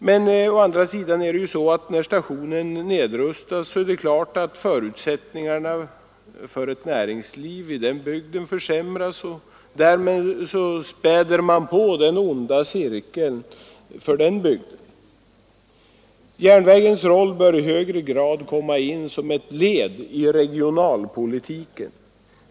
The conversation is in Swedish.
Men å andra sidan är det ju på det sättet att när stationen nedrustas försämras förutsättningarna för ett näringsliv i området, och därmed förstärker man den onda cirkeln för den bygden. Järnvägens roll bör i högre grad komma in som ett led i regionalpolitiken.